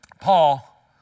Paul